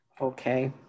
Okay